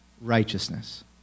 righteousness